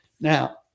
Now